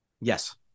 Yes